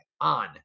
on